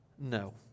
No